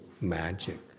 magic